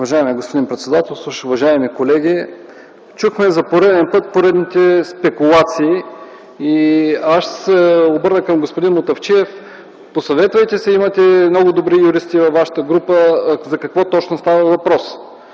Уважаеми господин председателстващ, уважаеми колеги! Чухме за пореден път поредните спекулации. Аз ще се обърна към господин Мутафчиев: посъветвайте се, имате много добри юристи във вашата група, за какво точно става въпрос.